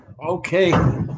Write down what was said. Okay